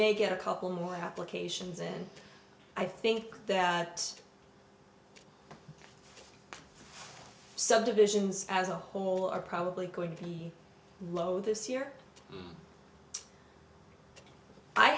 may get a couple more applications and i think that subdivisions as a whole are probably going to be low this year i